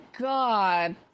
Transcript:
god